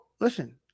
Listen